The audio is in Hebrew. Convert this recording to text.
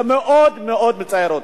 וזה מאוד מצער אותי.